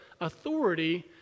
authority